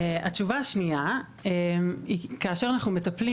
התשובה השנייה היא שכאשר אנחנו מטפלים